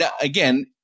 again